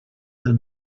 del